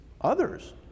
others